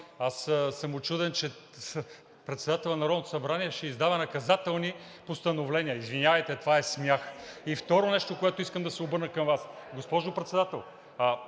Аз съм учуден, че председателят на Народното събрание ще издава наказателни постановления. Извинявайте, това е смях. Второто нещо, с което искам да се обърна към Вас. Госпожо Председател,